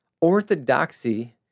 Orthodoxy